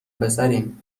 پسریم